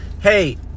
hey